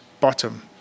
bottom